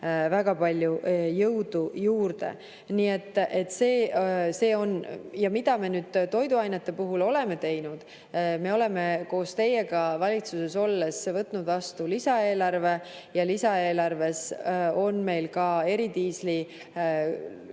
väga palju jõudu juurde. Mida me nüüd toiduainete puhul oleme teinud? Me oleme koos teiega valitsuses olles võtnud vastu lisaeelarve. Lisaeelarves on meil ka eridiisliaktsiisi